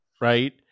right